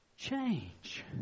change